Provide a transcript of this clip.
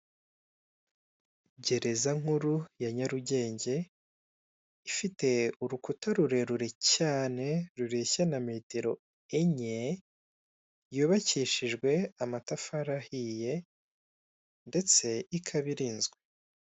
Gereza nkuru ya nyarugenge ifite urukuta rurerure cyane rureshya na metero enye yubakishijwe amatafari ahiye ndetse ikaba irinzwe.